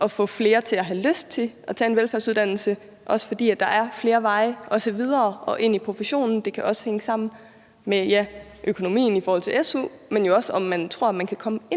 at få flere til at have lyst til at tage en velfærdsuddannelse, også fordi der er flere veje videre, også ind i professionen. Det kan hænge sammen med økonomien i forhold til su, men jo også med, om man tror, at man kan komme ind